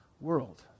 world